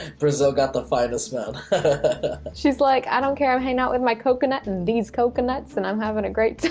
brazil got the finest men. she's like, i don't care. i'm hanging out with my coconut, these coconuts, and i'm having a great